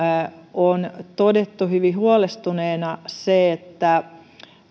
on todettu hyvin huolestuneena se että